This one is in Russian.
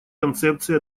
концепции